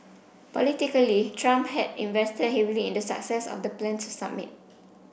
politically Trump had invested heavily in the success of the planned summit